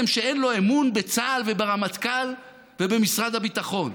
שאין לו אמון בצה"ל וברמטכ"ל ובמשרד הביטחון,